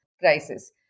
crisis